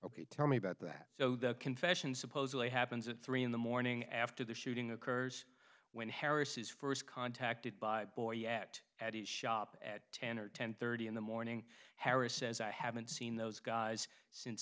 ok tell me about that so the confession supposedly happens at three in the morning after the shooting occurs when harris is first contacted by a boy yet at his shop at ten or ten thirty in the morning harris says i haven't seen those guys since